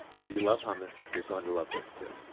if you love hummus, you're going to love this, too.